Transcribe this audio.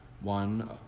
one